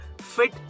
Fit